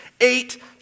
Eight